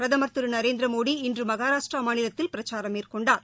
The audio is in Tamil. பிரதமர் திரு நரேந்திரமோடி இன்று மகாராஷ்ட்ரா மாநிலத்தில் பிரச்சாரம் மேற்கொண்டார்